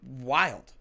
wild